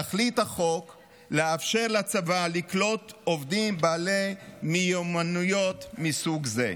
תכלית החוק לאפשר לצבא לקלוט עובדים בעלי מיומנויות מסוג זה.